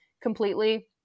completely